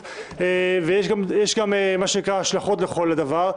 ויש גם מה שנקרא השלכות לכל הדבר,